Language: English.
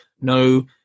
No